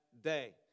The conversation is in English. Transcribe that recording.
day